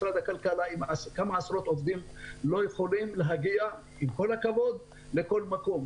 משרד הכלכלה לא יכול להגיע לכל מקום עם כמה עשרות עובדים.